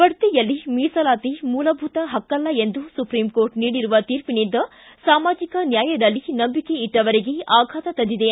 ಬಡ್ತಿಯಲ್ಲಿ ಮೀಸಲಾತಿ ಮೂಲಭೂತ ಹಕ್ಕಲ್ಲ ಎಂದು ಸುಪ್ರೀಂಕೋರ್ಟ್ ನೀಡಿರುವ ತೀರ್ಪಿನಿಂದ ಸಾಮಾಜಿಕ ನ್ಕಾಯದಲ್ಲಿ ನಂಬಿಕೆ ಇಟ್ಟವರಿಗೆ ಆಘಾತ ತಂದಿದೆ